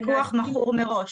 הפיקוח מכור מראש,